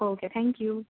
okay thank you